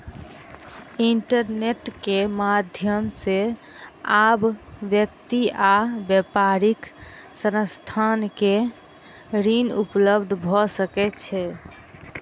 internet के माध्यम से आब व्यक्ति आ व्यापारिक संस्थान के ऋण उपलब्ध भ सकै छै